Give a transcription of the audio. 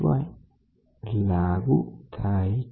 અને અંતે આ દિશામાં લાગતી સ્ટ્રેન એ સ્ટ્રેન y x છે